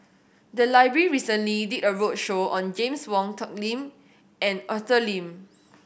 the library recently did a roadshow on James Wong Tuck Lim and Arthur Lim